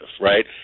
right